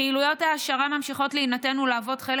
פעילויות ההעשרה ממשיכות להינתן ולהיות חלק